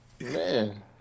man